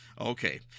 Okay